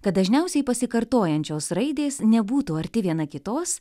kad dažniausiai pasikartojančios raidės nebūtų arti viena kitos